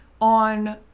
on